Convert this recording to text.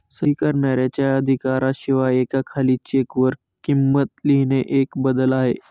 सही करणाऱ्याच्या अधिकारा शिवाय एका खाली चेक वर किंमत लिहिणे एक बदल आहे